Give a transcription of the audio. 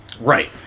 Right